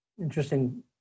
Interesting